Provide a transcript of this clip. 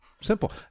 Simple